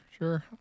sure